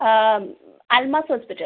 Almas hospital